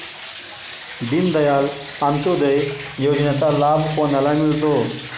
दीनदयाल अंत्योदय योजनेचा लाभ कोणाला मिळतो?